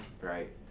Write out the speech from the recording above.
right